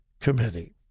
committee